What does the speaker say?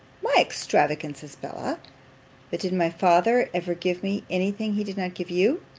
my extravagancies, bella but did my father ever give me any thing he did not give you?